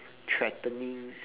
threatening